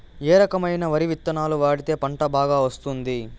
ఏ రకమైన వరి విత్తనాలు వాడితే పంట బాగా వస్తుంది?